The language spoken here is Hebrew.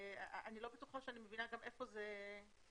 אני לא בטוחה שאני מבינה גם איפה זה מעוגן.